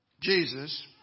Jesus